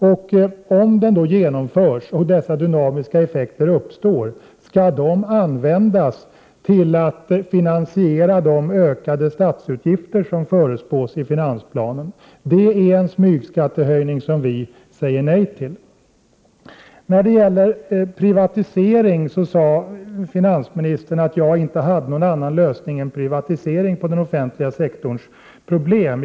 Om den genomförs och dessa dynamiska effekter uppstår, skall då dessa användas till att finansiera de ökade statsutgifter som förutspås i finansplanen? Det är en smygskattehöjning som vi säger nej till. Finansministern sade att jag inte hade någon annan lösning än privatisering på den offentliga sektorns problem.